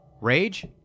Rage